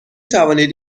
توانید